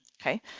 Okay